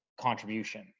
contribution